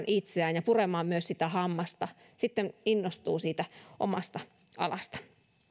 itseään ja puremaan myös sitä hammasta sitten innostuu siitä omasta alasta